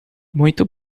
muito